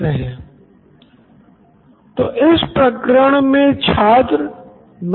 Nitin Kurian COO Knoin electronics यह ऐसा ही है सिलैबस पूरा करने के लिए ऐसा करना पढ़ता है